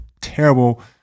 terrible